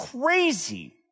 crazy